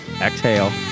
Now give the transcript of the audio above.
exhale